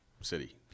city